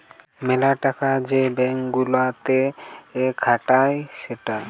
মেলা টাকা যে ব্যাঙ্ক গুলাতে খাটায় সেটা